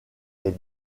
est